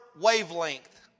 wavelength